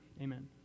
Amen